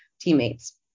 teammates